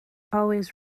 always